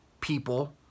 people